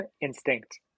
instinct